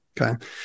Okay